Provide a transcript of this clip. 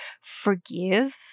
forgive